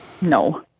No